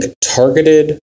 targeted